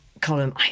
column